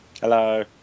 Hello